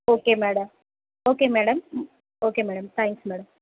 okay madam okay madam hmm okay madam thanks madam